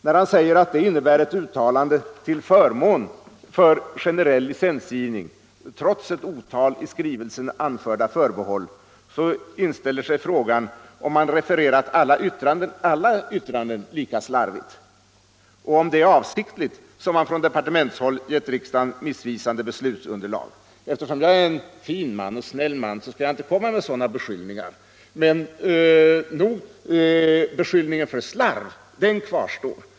När han säger att det innebär ett uttalande till förmån för generell licensgivning trots ett otal i skrivelsen anförda förbehåll inställer sig frågan, om man refererat alla yttranden lika slarvigt, och om det är avsiktligt som man från departementshåll givit riksdagen missvisande beslutsunderlag. Eftersom jag är en fin och snäll man skall jag inte komma med sådana beskyllningar som den sista, men beskyllningen för slarv, den kvarstår.